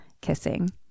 kissing